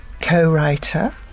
co-writer